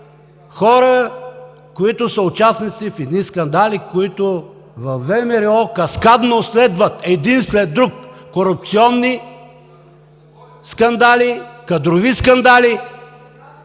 хора, които са участници в едни скандали, които във ВМРО каскадно следват един след друг – корупционни скандали, кадрови скандали